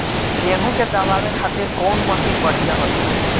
गेहूँ के दवावे खातिर कउन मशीन बढ़िया होला?